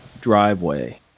driveway